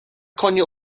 konie